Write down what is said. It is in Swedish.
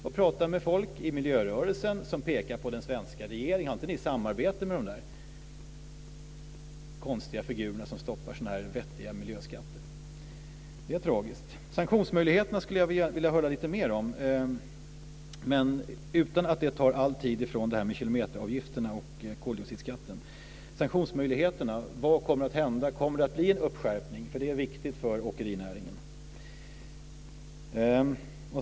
Jag pratar med folk i miljörörelsen som pekar på den svenska regeringen och säger: Har inte ni samarbete med de där konstiga figurerna som stoppar sådana här vettiga miljöskatter? Det är tragiskt. Sanktionsmöjligheterna skulle jag vilja höra lite mer om, men utan att det tar all tid från kilometeravgifterna och koldioxidskatten. Vad kommer att hända med sanktionsmöjligheterna? Kommer det att bli en skärpning? Det är viktigt för åkerinäringen.